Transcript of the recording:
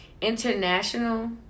international